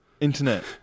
Internet